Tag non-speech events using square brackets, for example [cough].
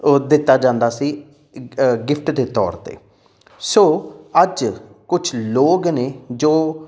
ਉਹ ਦਿੱਤਾ ਜਾਂਦਾ ਸੀ [unintelligible] ਗਿਫ਼ਟ ਦੇ ਤੌਰ 'ਤੇ ਸੋ ਅੱਜ ਕੁਝ ਲੋਕ ਨੇ ਜੋ